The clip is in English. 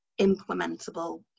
implementable